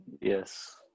Yes